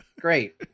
great